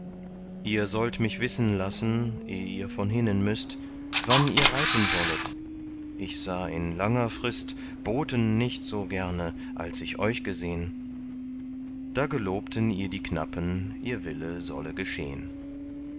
ihr sollt mich wissen lassen eh ihr von hinnen müßt wann ihr reiten wollet ich sah in langer frist boten nicht so gerne als ich euch gesehn da gelobten ihr die knappen ihr wille solle geschehn